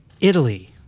Italy